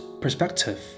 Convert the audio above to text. perspective